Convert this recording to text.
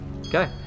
Okay